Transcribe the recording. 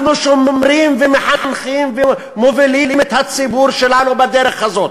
אנחנו שומרים ומחנכים ומובילים את הציבור שלנו בדרך הזאת.